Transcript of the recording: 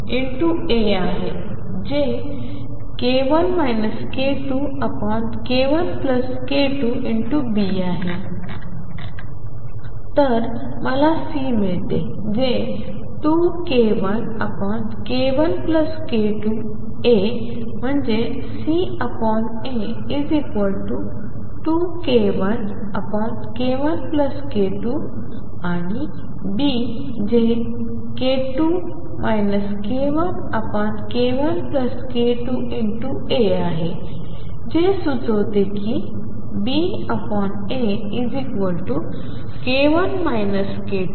तर मला C मिळते जे 2k1k1k2A म्हणजे CA2k1k1k2 आणि B जे k1 k2k1k2 A आहे जे सुचवते की BAk1 k2k1k2